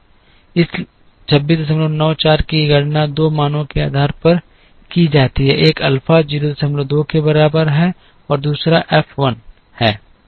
इस 2694 की गणना दो मानों के आधार पर की जाती है एक अल्फा 02 के बराबर है और दूसरा एफ 1 है